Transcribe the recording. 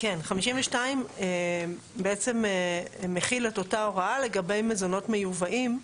סעיף 52 מכיל את אותה הוראה לגבי מזונות מיובאים,